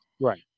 Right